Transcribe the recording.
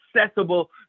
accessible